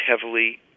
heavily